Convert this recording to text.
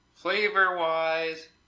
Flavor-wise